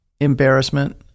embarrassment